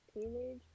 teenage